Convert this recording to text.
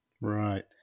right